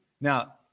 Now